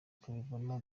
kubivamo